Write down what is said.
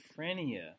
schizophrenia